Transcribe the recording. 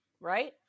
right